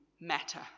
matter